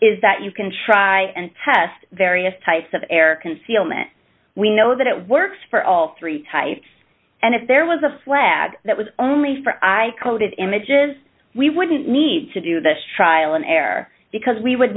is that you can try and test various types of air concealment we know that it works for all three types and if there was a flag that was only for i coded images we wouldn't need to do this trial and error because we would